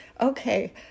Okay